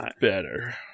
better